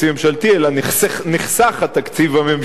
אלא נחסך התקציב הממשלתי,